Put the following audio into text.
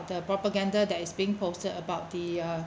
the propaganda that is being posted about the uh